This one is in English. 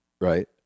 right